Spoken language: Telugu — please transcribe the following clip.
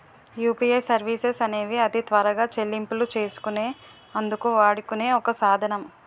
యూపీఐ సర్వీసెస్ అనేవి అతి త్వరగా చెల్లింపులు చేసుకునే అందుకు వాడుకునే ఒక సాధనం